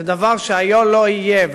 זה דבר שהיה לא יהיה.